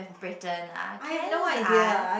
Britain ah can I just ask